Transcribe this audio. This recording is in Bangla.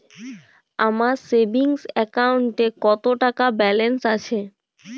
আমার সেভিংস অ্যাকাউন্টে কত টাকা ব্যালেন্স আছে?